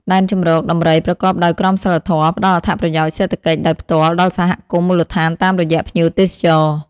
ដែនជម្រកដំរីប្រកបដោយក្រមសីលធម៌ ផ្តល់អត្ថប្រយោជន៍សេដ្ឋកិច្ចដោយផ្ទាល់ដល់សហគមន៍មូលដ្ឋានតាមរយៈភ្ញៀវទេសចរ។